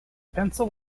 pencil